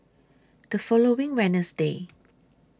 The following Wednesday